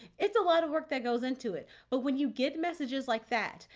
it's a lot of work that goes into it, but when you get messages like that,